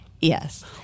Yes